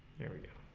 carrier,